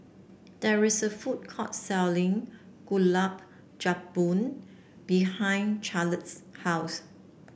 there is a food court selling Gulab Jamun behind Carleigh's house